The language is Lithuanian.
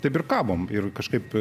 taip ir kabom ir kažkaip